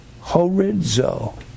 horizo